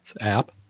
app